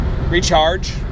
recharge